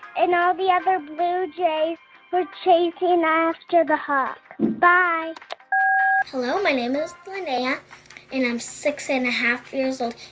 and all the other blue jays were chasing after you know yeah the hawk. bye hello. my name is linnea and i'm six and a half years old.